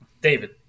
David